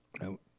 No